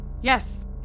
Yes